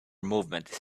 movement